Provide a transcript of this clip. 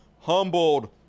humbled